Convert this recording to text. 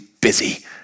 busy